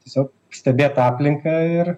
tiesiog stebėt aplinką ir